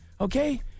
Okay